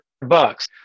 bucks